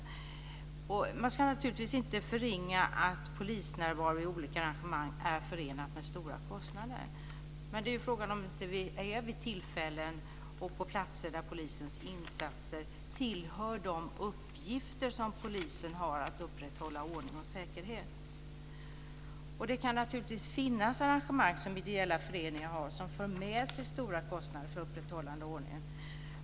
Man ska naturligtvis inte förringa att polisnärvaro kring olika arrangemang är förenat med stora kostnader. Men det är fråga om det inte är vid tillfällen och på platser där polisens insatser tillhör de uppgifter polisen har att upprätthålla ordning och säkerhet. Det kan naturligtvis finnas arrangemang som ideella föreningar har som för med sig stora kostnader för upprätthållande av ordningen.